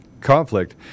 conflict